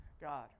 God